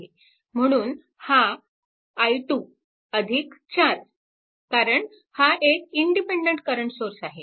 म्हणून हा i 2 4 कारण हा एक इंडिपेन्डन्ट करंट सोर्स आहे